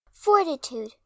Fortitude